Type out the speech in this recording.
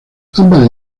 ambas